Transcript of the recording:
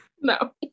No